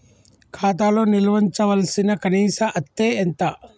ఖాతా లో నిల్వుంచవలసిన కనీస అత్తే ఎంత?